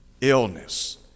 illness